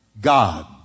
God